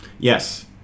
Yes